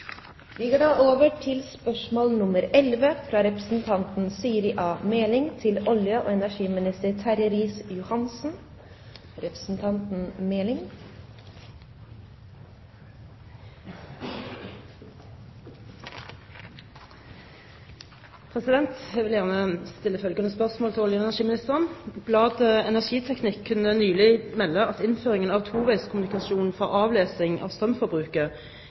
vi koma tilbake til signalanlegg på fleire strekningar ved dei årlege budsjettbehandlingane. Jeg vil gjerne stille følgende spørsmål til olje- og energiministeren: «Bladet Energiteknikk kunne nylig melde at innføringen av toveiskommunikasjon for avlesing av strømforbruket